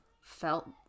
felt